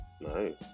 Nice